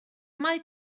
mae